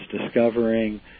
discovering